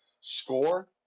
score